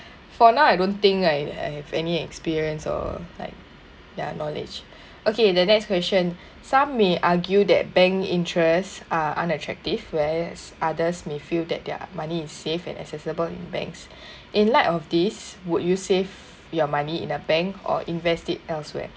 for now I don't think I I have any experience or like ya knowledge okay the next question some may argue that bank interest are unattractive whereas others may feel that their money is safe and accessible in banks in light of this would you save your money in a bank or invest it elsewhere